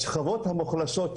השכבות המוחלשות,